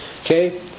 Okay